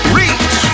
reach